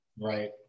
Right